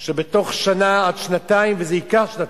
שבתוך שנה עד שנתיים, וזה ייקח שנתיים,